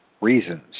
reasons